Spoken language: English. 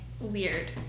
weird